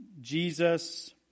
Jesus